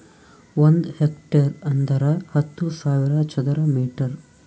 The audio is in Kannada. ಒಂದ್ ಹೆಕ್ಟೇರ್ ಅಂದರ ಹತ್ತು ಸಾವಿರ ಚದರ ಮೀಟರ್